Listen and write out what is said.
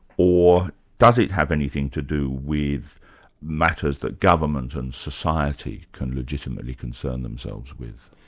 or does it have anything to do with matters that government and society can legitimately concern themselves with?